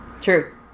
True